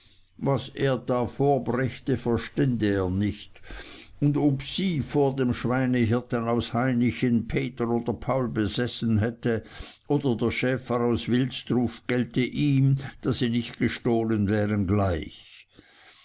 was er da vorbrächte verstände er nicht und ob sie vor dem schweinehirten aus hainichen peter oder paul besessen hätte oder der schäfer aus wilsdruf gelte ihm da sie nicht gestohlen wären gleich